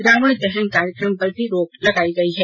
रावण दहन कार्यक्रम पर भी रोक लगाई गयी है